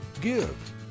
Give